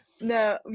No